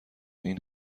این